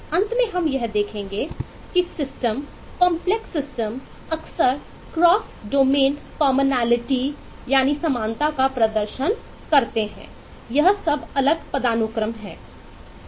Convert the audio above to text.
अंत में हम यह देखेंगे कि सिस्टम समानता का प्रदर्शन करते हैं यह सब अलग पदानुक्रम है